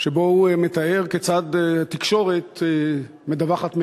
שבו הוא מתאר כיצד התקשורת מדווחת מעזה.